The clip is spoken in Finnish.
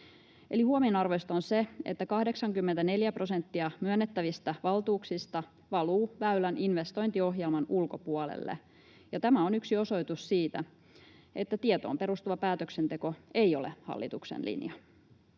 huomionarvoista on se, että 84 prosenttia myönnettävistä valtuuksista valuu Väylän investointiohjelman ulkopuolelle, ja tämä on yksi osoitus siitä, että tietoon perustuva päätöksenteko ei ole hallituksen linja.